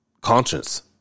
conscience